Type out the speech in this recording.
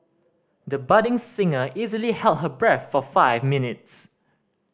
the budding singer easily held her breath for five minutes